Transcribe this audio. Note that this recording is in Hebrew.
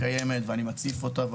הבעיה קיימת ואני מציף אותה.